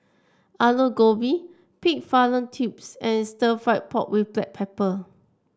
Aloo Gobi Pig Fallopian Tubes and Stir Fried Pork with Black Pepper